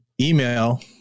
email